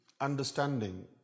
understanding